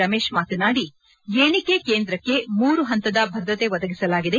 ರಮೇಶ್ ಮಾತನಾಡಿ ಎಣಿಕೆ ಕೇಂದ್ರಕ್ಷೆ ಮೂರು ಹಂತದ ಭದ್ರತೆ ಒದಗಿಸಲಾಗಿದೆ